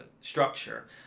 structure